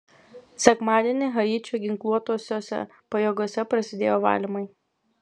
sekmadienį haičio ginkluotosiose pajėgose prasidėjo valymai